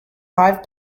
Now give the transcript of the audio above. five